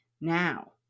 Now